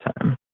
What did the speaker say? time